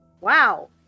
Wow